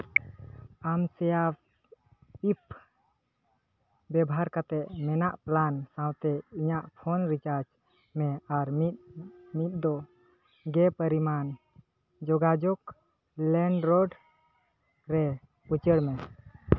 ᱟᱢ ᱮᱢᱥᱚᱭᱟᱯᱤᱯ ᱵᱮᱵᱷᱟᱨ ᱠᱟᱛᱮᱫ ᱦᱮᱱᱟᱜ ᱯᱞᱟᱱ ᱥᱟᱶᱛᱮ ᱤᱧᱟᱹᱜ ᱯᱷᱳᱱ ᱨᱤᱪᱟᱨᱡᱽ ᱢᱮ ᱟᱨ ᱢᱤᱫᱼᱢᱤᱫ ᱫᱚ ᱜᱮ ᱯᱟᱨᱤᱢᱟᱱ ᱡᱚᱜᱟᱡᱳᱜᱽ ᱞᱮᱱᱰᱨᱳᱰ ᱨᱮ ᱩᱪᱟᱹᱲ ᱢᱮ